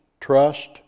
trust